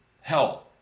hell